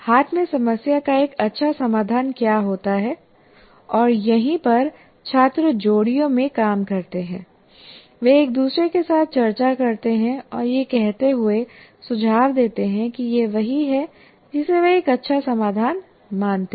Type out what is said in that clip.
हाथ में समस्या का एक अच्छा समाधान क्या होता है और यहीं पर छात्र जोड़ियों में काम करते हैं वे एक दूसरे के साथ चर्चा करते हैं और यह कहते हुए सुझाव देते हैं कि यह वही है जिसे वे एक अच्छा समाधान मानते हैं